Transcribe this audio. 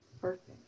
perfect